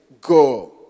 go